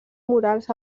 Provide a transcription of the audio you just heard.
murals